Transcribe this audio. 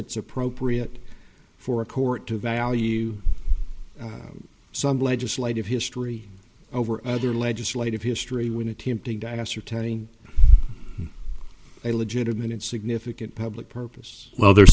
it's appropriate for a court to value some legislative history over their legislative history when attempting to ascertain a legitimate significant public purpose well the